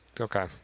Okay